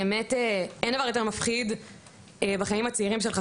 אין דבר יותר מפחיד בחיים הצעירים שלך,